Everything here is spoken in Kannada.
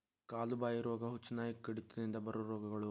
ಕಾಲು ಬಾಯಿ ರೋಗಾ, ಹುಚ್ಚುನಾಯಿ ಕಡಿತದಿಂದ ಬರು ರೋಗಗಳು